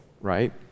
right